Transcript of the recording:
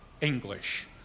English